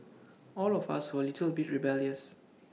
all of us were A little bit rebellious